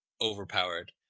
overpowered